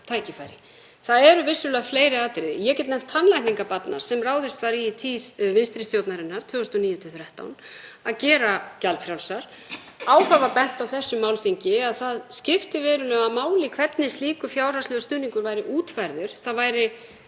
tækifæri. Það eru vissulega fleiri atriði. Ég get nefnt tannlækningar barna, sem ráðist var í í tíð vinstri stjórnarinnar 2009–2013 að gera gjaldfrjálsar. Áfram var bent á á þessu málþingi að það skipti verulegu máli hvernig slíkur fjárhagslegur stuðningur væri útfærður, það væri